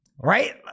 right